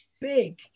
big